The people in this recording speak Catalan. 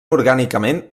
orgànicament